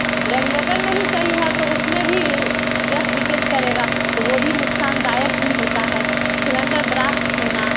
regulator नहीं सही है तो उसमें भी गैस लीकेज करेगा तो वह भी नुकसानदायक ही होता है सिलेंडर ब्रास्ट होना